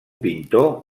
pintor